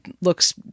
looks